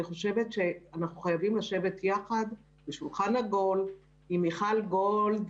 אני חושבת שאנחנו חייבים לשבת בשולחן עגול יחד עם מיכל גולד,